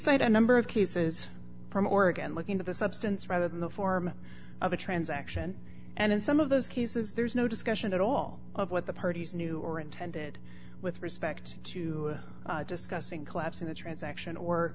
cite a number of cases from oregon looking at the substance rather than the form of a transaction and in some of those cases there's no discussion at all of what the parties knew or intended with respect to discussing collapsing the transaction or